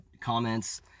comments